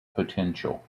potential